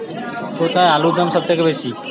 কোথায় আলুর দাম সবথেকে বেশি?